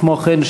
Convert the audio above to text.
כמו כן,